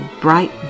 bright